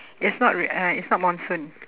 it's not rai~ uh it's not monsoon